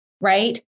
right